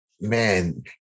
man